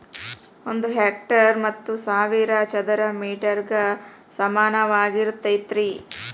ಒಂದ ಹೆಕ್ಟೇರ್ ಹತ್ತು ಸಾವಿರ ಚದರ ಮೇಟರ್ ಗ ಸಮಾನವಾಗಿರತೈತ್ರಿ